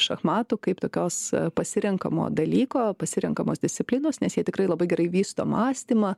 šachmatų kaip tokios pasirenkamo dalyko pasirenkamos disciplinos nes jie tikrai labai gerai vysto mąstymą